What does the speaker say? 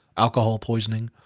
alcohol poisoning,